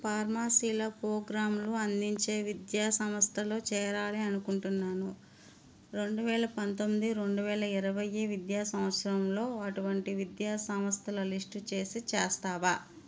ఫార్మసీలో ప్రోగ్రాంలు అందించే విద్యా సంస్థలో చేరాలి అనుకుంటున్నాను రెండు వేల పంతొమ్మిది రెండు వేల ఇరవై విద్యా సంవత్సరంలో అటువంటి విద్యా సంస్థల లిస్టు చేసి చేస్తావా